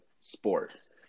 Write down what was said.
sports